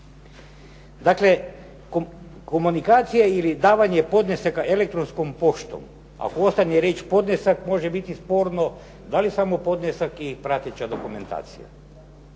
Dakle, komunikacija ili davanje podnesaka elektronskom poštom, a postojanje riječi podnesak može biti sporno da li samo podnesak i prateća dokumentacija.